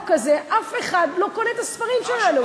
הזה אף אחד לא קונה את הספרים שלנו.